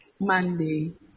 Monday